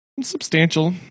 substantial